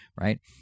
right